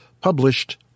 published